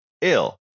ill